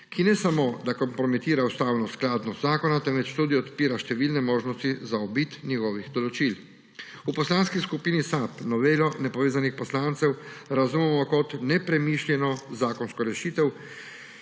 ki ne samo da kompromitira ustavno skladnost zakona, temveč tudi odpira številne možnosti zaobiti njegova določila. V Poslanski skupini SAB novelo nepovezanih poslancev razumemo kot nepremišljeno zakonsko rešitev,